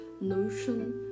notion